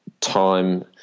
time